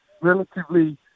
relatively